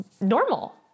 normal